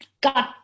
God